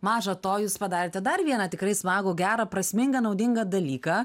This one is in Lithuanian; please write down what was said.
maža to jūs padarėte dar vieną tikrai smagų gerą prasmingą naudingą dalyką